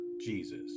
Jesus